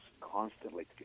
constantly